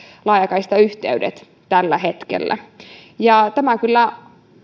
laajakaistayhteydet tällä hetkellä tämä kyllä